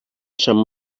sant